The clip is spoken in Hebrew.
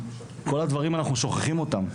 כל הדברים שאנחנו שוכחים אותם,